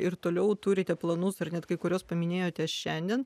ir toliau turite planus ar net kai kuriuos paminėjote šiandien